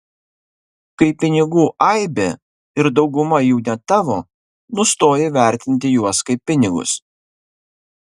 kai pinigų aibė ir dauguma jų ne tavo nustoji vertinti juos kaip pinigus